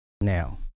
Now